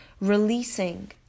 Releasing